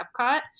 Epcot